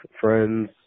friends